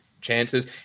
chances